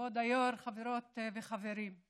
כבוד היושב-ראש, חברות וחברים.